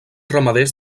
ramaders